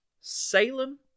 Salem